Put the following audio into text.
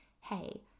hey